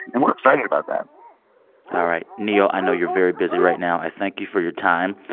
and we're excited about that all right. neil, i know you're very busy right now. i thank you for your time.